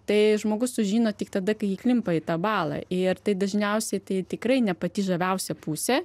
tai žmogus sužino tik tada kai įklimpai tą balą ir tai dažniausiai tai tikrai ne pati žaviausia pusė